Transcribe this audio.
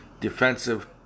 Defensive